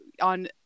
on